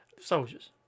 soldiers